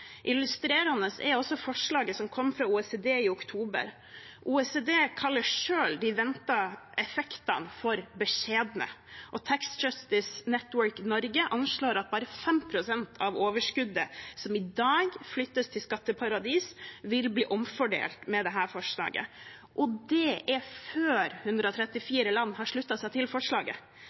Illustrerende er også forslaget som kom fra OECD i oktober. OECD kaller selv de ventede effektene for beskjedne. Tax Justice Network Norge anslår at bare 5 pst. av overskuddet som i dag flyttes til skatteparadis, vil bli omfordelt med dette forslaget, og det er før 134 land har sluttet seg til